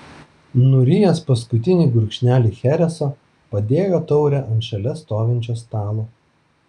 nurijęs paskutinį gurkšnelį chereso padėjo taurę ant šalia stovinčio stalo